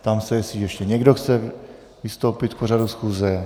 Ptám se, jestli ještě někdo chce vystoupit k pořadu schůze.